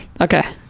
okay